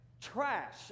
trash